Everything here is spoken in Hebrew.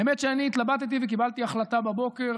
האמת, אני התלבטתי וקיבלתי החלטה בבוקר